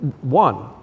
one